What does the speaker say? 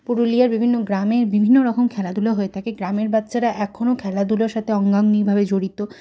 পুরুলিয়ার বিভিন্ন গ্রামে বিভিন্ন রকম খেলাধুলো হয়ে থাকে গ্রামের বাচ্চারা এখনও খেলাধুলার সাথে অঙ্গাঙ্গীভাবে জড়িত